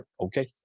Okay